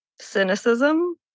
cynicism